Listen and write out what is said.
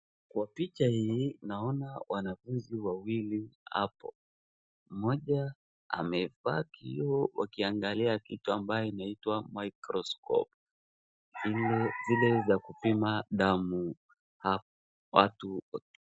Kwa picha hii naona wanafunzi wawili hapo mmoja amebaki hapo akiangalia kitu ambayo inaitwa [cs ]microscope [cs ]zile za kupima damu watu.